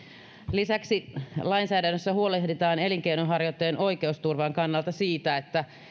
lisäksi lainsäädännössä huolehditaan elinkeinonharjoittajien oikeusturvan kannalta siitä että